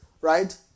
Right